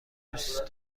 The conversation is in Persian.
دوست